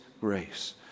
grace